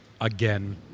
again